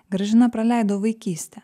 gražina praleido vaikystę